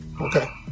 okay